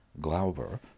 Glauber